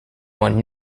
won